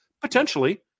Potentially